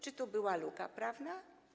Czy tu była luka prawna?